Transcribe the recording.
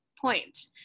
point